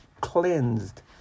cleansed